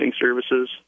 services